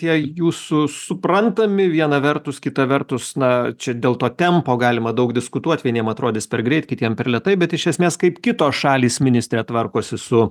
tie jūsų suprantami viena vertus kita vertus na čia dėl to tempo galima daug diskutuot vieniem atrodys per greit kitiem per lėtai bet iš esmės kaip kitos šalys ministre tvarkosi su